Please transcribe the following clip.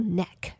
neck